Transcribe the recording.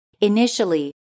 Initially